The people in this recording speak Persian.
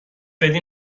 بدی